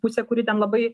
pusė kuri ten labai